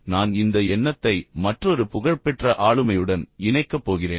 இப்போது நான் இந்த எண்ணத்தை மற்றொரு புகழ்பெற்ற ஆளுமையுடன் இணைக்கப் போகிறேன்